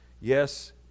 yes